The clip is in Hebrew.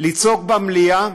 לצעוק במליאה.